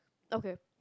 okay